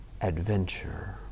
adventure